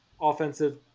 offensive